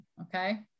okay